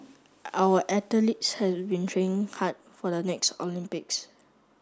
our have been training hard for the next Olympics